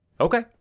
Okay